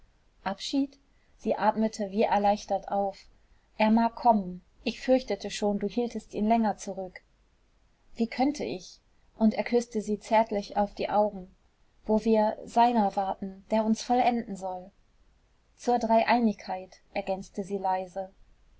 abschied sie atmete wie erleichtert auf er mag kommen ich fürchtete schon du hieltest ihn länger zurück wie könnte ich und er küßte sie zärtlich auf die augen wo wir seiner warten der uns vollenden soll zur dreieinigkeit ergänzte sie leise